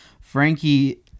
frankie